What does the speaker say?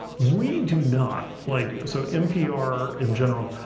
we do not. like so npr, in general.